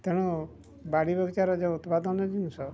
ତେଣୁ ବାଡ଼ି ବଗିଚାରେ ଯୋଉ ଉତ୍ପାଦନ ଜିନିଷ